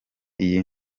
iyi